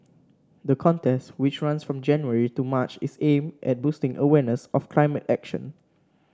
the contest which runs from January to March is aimed at boosting awareness of climate action